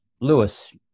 Lewis